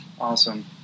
Awesome